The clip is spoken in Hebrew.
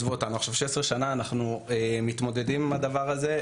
16 שנה אנחנו מתמודדים עם הדבר הזה,